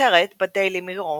כותרת בדיילי מירור